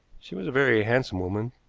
she was a very handsome woman,